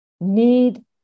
need